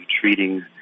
treating